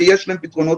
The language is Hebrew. ויש להם פתרונות